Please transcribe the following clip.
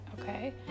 Okay